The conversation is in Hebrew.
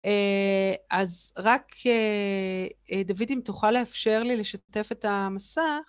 אז רק, דוד, אם תוכל לאפשר לי לשתף את המסך...